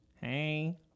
Hey